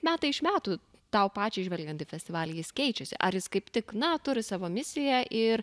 metai iš metų tau pačiai žvelgiant į festivalį jis keičiasi ar jis kaip tik na turi savo misiją ir